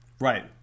Right